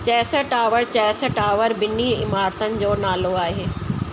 chess tower chess tower ॿिनि इमारतुनि जो नालो आहे